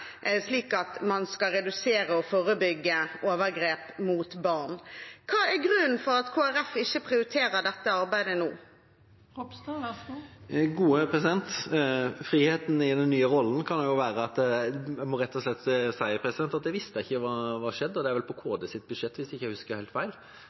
slik at man skal redusere og forebygge overgrep mot barn. Hva er grunnen til at Kristelig Folkeparti ikke prioriterer dette arbeidet nå? Det kan være friheten i den nye rollen, men jeg må rett og slett si at jeg ikke visste hva som hadde skjedd. Det er vel på